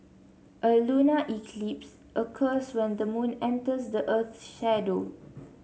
a lunar eclipse occurs when the moon enters the earth's shadow